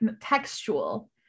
textual